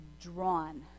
drawn